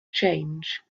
change